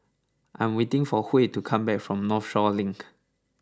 I am waiting for Huey to come back from Northshore Link